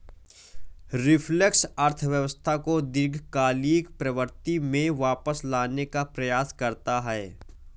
reflection अर्थव्यवस्था को दीर्घकालिक प्रवृत्ति में वापस लाने का प्रयास करता है